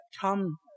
come